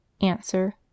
Answer